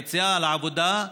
ביציאה לעבודה,